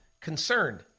concerned